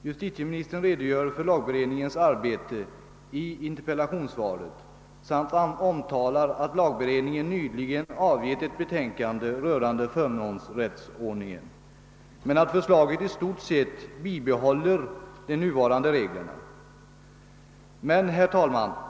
Justitieministern redogör i interpellationssvaret för lagberedningens arbete samt omtalar att lagberedningen nyligen avgivit ett betänkande rörande förmånsrättsordningen men att förslaget i stort sett bibehåller de nuvarande reglerna.